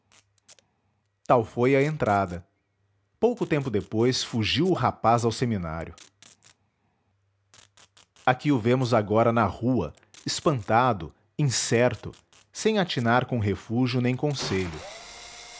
tal foi a entrada pouco tempo depois fugiu o rapaz ao seminário aqui o vemos agora na rua espantado incerto sem atinar com refúgio nem conselho